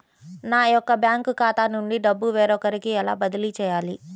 నా యొక్క బ్యాంకు ఖాతా నుండి డబ్బు వేరొకరికి ఎలా బదిలీ చేయాలి?